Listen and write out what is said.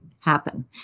happen